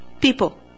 people